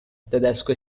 tedesco